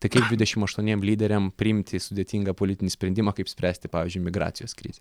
tai kaip dvidešim aštuoniem lyderiam priimti sudėtingą politinį sprendimą kaip spręsti pavyzdžiui migracijos krizę